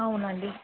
అవును అండి